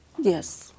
Yes